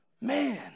Man